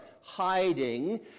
hiding